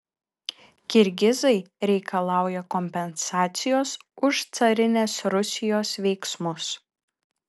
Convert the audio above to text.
kirgizai reikalauja kompensacijos už carinės rusijos veiksmus